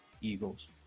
Eagles